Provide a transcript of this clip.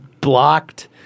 blocked